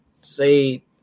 say